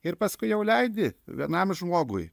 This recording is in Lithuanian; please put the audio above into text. ir paskui jau leidi vienam žmogui